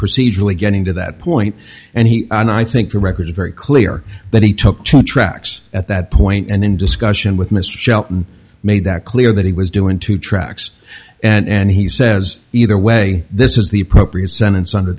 procedurally getting to that point and he and i think the record is very clear that he took two tracks at that point and in discussion with mr shelton made that clear that he was doing two tracks and he says either way this is the appropriate sentence under